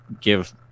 give